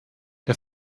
der